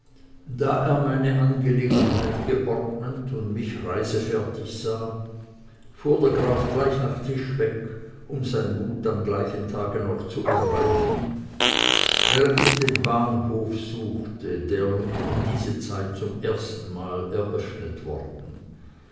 da er meine angelegenheit geordnet und mich reisefertig sah fuhr der graf gleich nach tisch weg um sein gut am gleichen tage noch zu erreichen während ich den bahnhof suchte der um diese zeit zum ersten mal eröffnet worden